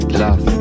love